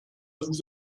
vous